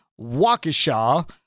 Waukesha